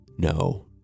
No